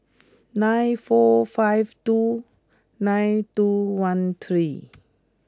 nine four five two nine two one three